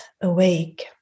awake